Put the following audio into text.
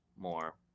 more